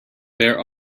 there